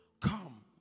Come